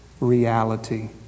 reality